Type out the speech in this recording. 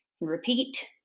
repeat